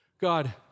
God